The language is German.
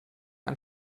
ein